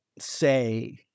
say